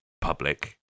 public